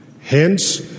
Hence